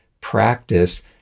practice